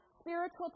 spiritual